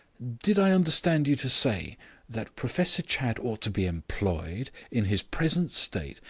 did i understand you to say that professor chadd ought to be employed, in his present state,